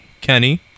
Kenny